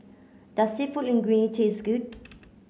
does Seafood Linguine taste good